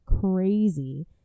crazy